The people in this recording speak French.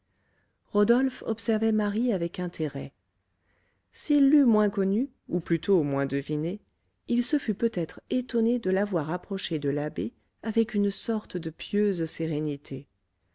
rodolphe observait marie avec intérêt s'il l'eût moins connue ou plutôt moins devinée il se fût peut-être étonné de la voir approcher de l'abbé avec une sorte de pieuse sérénité